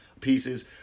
pieces